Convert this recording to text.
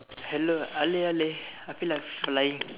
hello Ale Ale I feel like flying